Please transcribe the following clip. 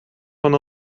van